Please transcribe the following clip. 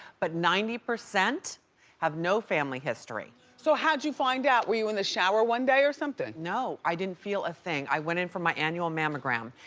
but ninety percent have no family history. so how'd you find out? were you in the shower one day or something? no, i didn't feel a thing. i went in for my annual mammogram,